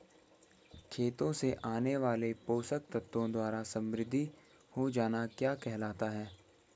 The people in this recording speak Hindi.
खेतों से आने वाले पोषक तत्वों द्वारा समृद्धि हो जाना क्या कहलाता है?